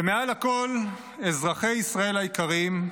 ומעל הכול אזרחי ישראל היקרים,